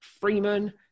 Freeman